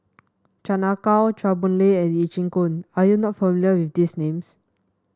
Chan Ah Kow Chua Boon Lay and Lee Chin Koon are you not familiar with these names